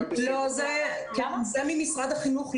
זה מכללות אקדמאיות.